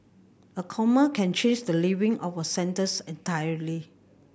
a comma can change the leaving of a sentence entirely